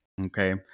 okay